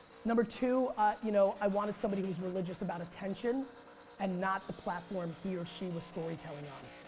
number two you know i wanted somebody who is religious about attention and not the platform he or she was storytelling on.